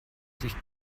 sich